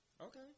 Okay